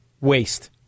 Waste